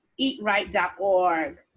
eatright.org